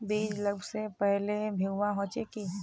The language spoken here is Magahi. बीज लागबे से पहले भींगावे होचे की?